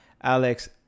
Alex